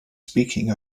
speaking